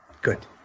Good